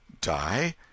die